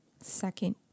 second